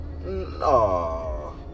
No